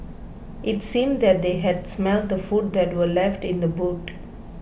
it seemed that they had smelt the food that were left in the boot